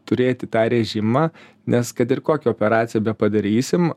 turėti tą režimą nes kad ir kokią operaciją bepadarysim